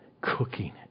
Cooking